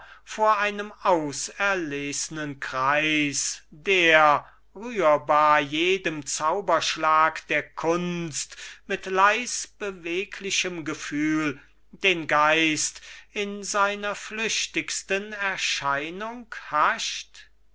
vor einem auserlesnen kreis der rührbar jedem zauberschlag der kunst mit leisbeweglichem gefühl den geist in seiner flüchtigsten erscheinung hascht